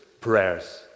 prayers